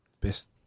Best